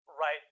right